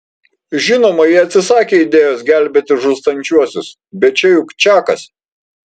žinoma ji atsisakė idėjos gelbėti žūstančiuosius bet čia juk čakas